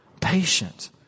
patient